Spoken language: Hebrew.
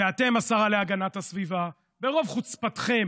ואתם, השרה להגנת הסביבה, ברוב חוצפתכם,